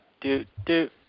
Do-do